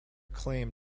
claim